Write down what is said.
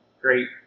great